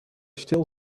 still